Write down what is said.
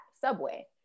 subway